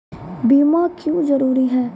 बीमा क्यों जरूरी हैं?